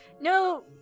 No